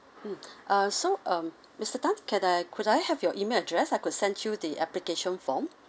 um ah so um mister tan can I could I have your email address I could send you the application form